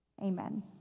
Amen